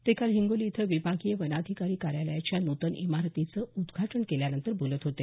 ते काल हिंगोली इथं विभागीय वनाधिकारी कार्यालयाच्या नूतन इमारतीचं उद्घाटन केल्यानंतर बोलत होते